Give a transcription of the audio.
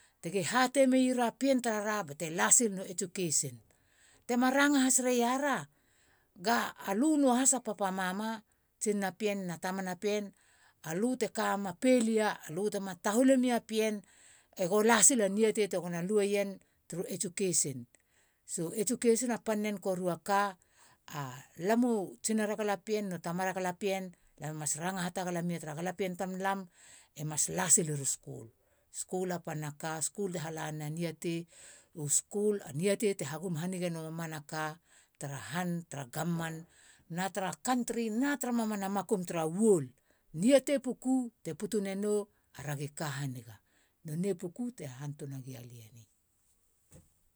Tigi hatei meiara pien tara ra. bante lasilenu education. tema ranga hasriara ga alu nuahas a papa mama. tsinana pien no tamana pien alu te kamema pelia. lu tema tahule mia pien e go lasili a niatei gona luemen turu skul so education a pan nen koru a ka. Alam u tsinara galapien nu tamara galapien. lame mas ranga ha tagalami tara galapien tamlam e mas lasilera skul. skul a panna ka. skul te halanena niatei. u skul a niatei te hagum haniga noa ka tara han tara gavman na tara community na tara mamana makum tara world. niatei puku te putu nano aragi ka haniga.